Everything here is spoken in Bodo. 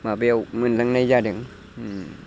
माबायाव मोनलांनाय जादों